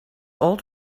old